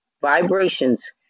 vibrations